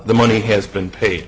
the money has been paid